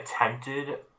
attempted